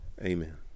amen